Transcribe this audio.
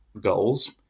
goals